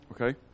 Okay